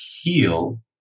heal